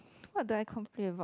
what do I complain about